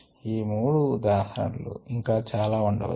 ఈ మూడు ఉదాహరణలు ఇంకా చాలా ఉండవచ్చు